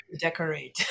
Decorate